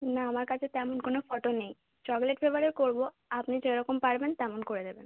না আমার কাছে তেমন কোনো ফটো নেই চকলেট ফ্লেবারে করবো আপনি যেরকম পারবেন তেমন করে দেবেন